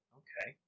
okay